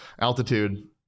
altitude